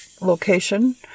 location